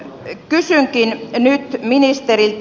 kysynkin nyt ministeriltä